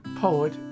poet